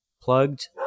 plugged